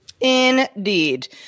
Indeed